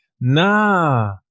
nah